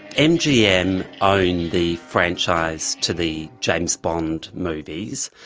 mgm own the franchise to the james bond movies.